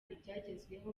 ibyagezweho